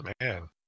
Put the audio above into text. Man